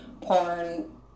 porn